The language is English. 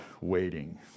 waiting